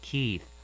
Keith